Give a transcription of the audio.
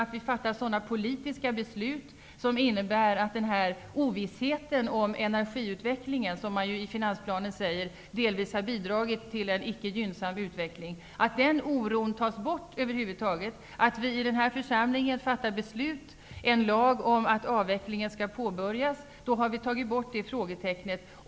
Vi måste fatta sådana politiska beslut som innebär att ovissheten om energiutvecklingen, som man i finansplanen säger delvis har bidragit till en icke gynnsam utveckling, tas bort. Vi i den här församlingen får fatta beslut om en lag om att avvecklingen skall påbörjas. Då har vi tagit bort det frågetecknet.